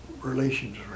relations